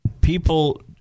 people